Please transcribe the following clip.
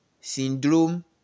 syndrome